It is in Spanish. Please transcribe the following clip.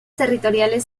territoriales